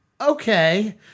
Okay